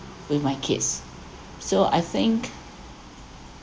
with my kids so I think